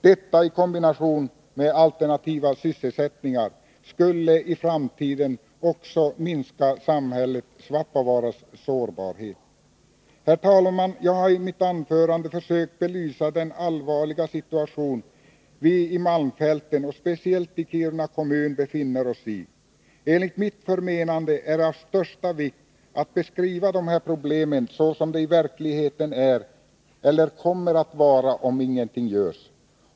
Detta skulle i kombination med alternativa sysselsättningar i framtiden också minska samhället Svappavaaras sårbarhet. Herr talman! Jag har i mitt anförande försökt belysa den allvarliga situation vi i malmfälten och speciellt i Kiruna kommun befinner oss i. Enligt mitt förmenande är det av största vikt att beskriva problemen så som de i verkligheten är eller kommer att vara om inget görs.